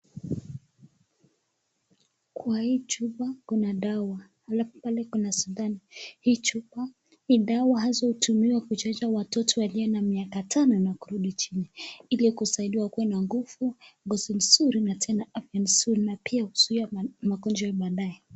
Kwa hii chupa kuna dawa, alafu pale kuna sindano. Hii chupa ni dawa haswa hutumiwa kuchanja watoto waliona miaka tano na kurudi chini ili kusaidia wakue na nguvu, ngozi nzuri na tena afya nzuri na pia kuzuia magonjwa ya baadaye.